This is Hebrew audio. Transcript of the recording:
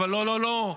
אבל לא לא לא,